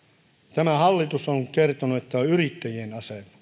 tämä hallitus on kertonut että on yrittäjien